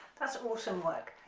that's awesome work.